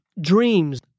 dreams